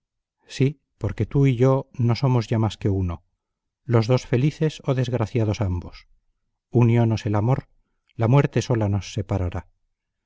sí porque tú y yo no somos ya más que uno los dos felices o desgraciados ambos uniónos el amor la muerte sola nos separará